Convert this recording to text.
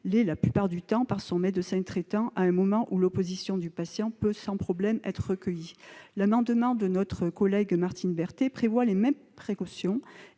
la plupart du temps par son médecin traitant à un moment où l'opposition du patient peut sans problème être recueillie. L'amendement de notre collègue Martine Berthet prévoit les mêmes précautions